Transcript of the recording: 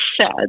sad